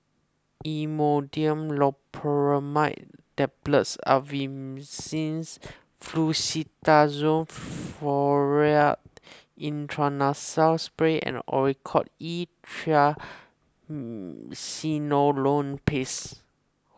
Imodium Loperamide Tablets Fluticasone Furoate Intranasal Spray and Oracort E Triamcinolone Paste